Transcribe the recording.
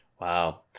Wow